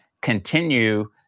continue